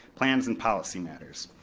plans, and policy matters.